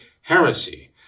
heresy